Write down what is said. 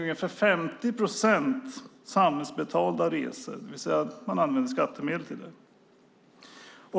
Ungefär 50 procent av hela omsättningen är samhällsbetalda resor - det vill säga att man använder skattemedel till resorna.